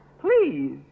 Please